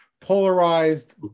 polarized